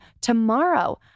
tomorrow